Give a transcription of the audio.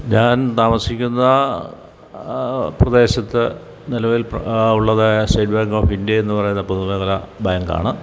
ഞാൻ താമസിക്കുന്ന പ്രദേശത്ത് നിലനിൽപ്പ് ഉള്ളത് സ്റ്റേറ്റ് ബാങ്ക് ഓഫ് ഇന്ത്യ എന്നു പറയുന്ന പൊതുമേഖലാ ബാങ്കാണ്